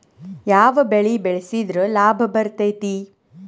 ಯಾವ ಬೆಳಿ ಬೆಳ್ಸಿದ್ರ ಲಾಭ ಬರತೇತಿ?